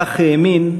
כך האמין,